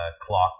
clock